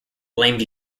blamed